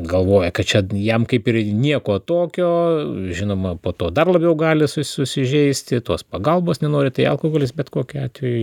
galvoja kad čia jam kaip ir nieko tokio žinoma po to dar labiau gali su susižeisti tos pagalbos nenori tai alkoholis bet kokiu atveju